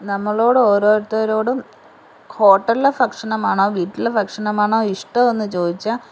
നമ്മളോട് ഓരോരുത്തരോടും ഹോട്ടൽലെ ഭക്ഷ്ണമാണോ വീട്ടിലെ ഭക്ഷ്ണമാണോ ഇഷ്ടമെന്ന് ചോദിച്ചാൽ